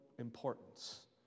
importance